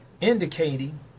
indicating